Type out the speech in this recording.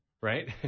right